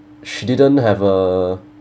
she didn't have a